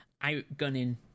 outgunning